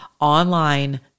online